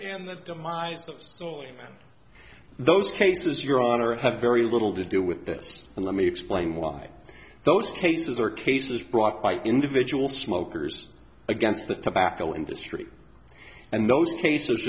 ma'am the demise of those cases your honor have very little to do with this and let me explain why those cases are cases brought by individual smokers against the tobacco industry and those cases